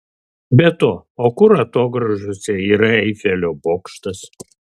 be to o kur atogrąžose yra eifelio bokštas